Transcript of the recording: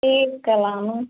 ठीक कल आना